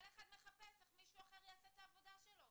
כל אחד מחפש איך מישהו אחר יעשה את העבודה שלו.